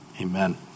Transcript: amen